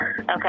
Okay